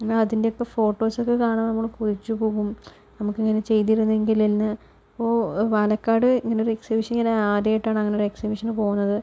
എന്നാൽ അതിൻ്റെയൊക്കെ ഫോട്ടോസൊക്കെ കാണാൻ നമ്മള് കൊതിച്ച് പോകും നമുക്കിങ്ങനെ ചെയ്തിരുന്നെങ്കിൽ എന്ന് ഇപ്പോൾ പാലക്കാട് ഇങ്ങനെ ഒരു എക്സിബിഷൻ ഇങ്ങനെ ആദ്യമായിട്ടാണ് ഇങ്ങനെയൊരു എക്സിബിഷന് പോവണത്